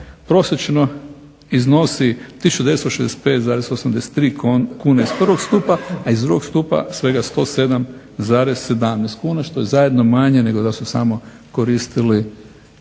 prosječno iznosi 1965,83 kune iz prvog stupa, a iz drugog stupa svega 107,17 kuna što je zajedno manje nego da su samo koristili